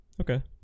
Okay